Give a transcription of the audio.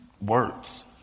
words